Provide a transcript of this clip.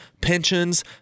pensions